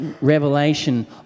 revelation